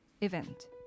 event